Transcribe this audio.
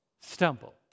stumble